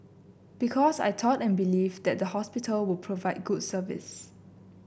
because I thought and believe that the hospital will provide good service